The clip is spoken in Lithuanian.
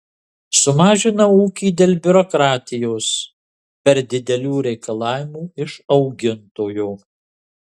sumažinau ūkį dėl biurokratijos per didelių reikalavimų iš augintojo